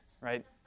right